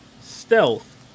Stealth